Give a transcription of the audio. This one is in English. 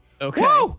Okay